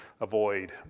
avoid